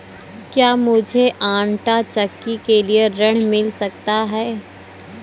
क्या मूझे आंटा चक्की के लिए ऋण मिल सकता है?